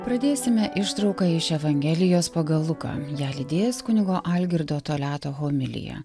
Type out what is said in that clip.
pradėsime ištrauką iš evangelijos pagal luką ją lydės kunigo algirdo toliato homilija